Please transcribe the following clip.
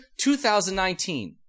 2019